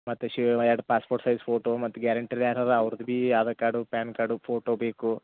ಮತ್ತು ಎರಡು passport size photo ಮತ್ತು ಗ್ಯಾರಂಟಿರ್ ಯಾರರ ಅವರ್ದ ಬಿ Aadhaar card PAN card photo ಬೇಕು